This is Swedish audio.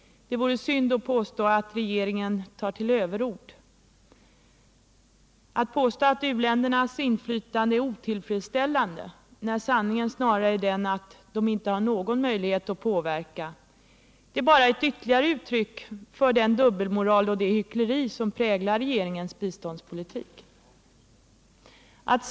Det vore synd att säga att regeringen tar till överord — att påstå att u-ländernas inflytande är otillfredsställande, när sanningen snarare är den att de inte har någon möjlighet att påverka, är bara ytterligare ett uttryck för den dubbelmoral och det hyckleri som präglar regeringens biståndspolitik.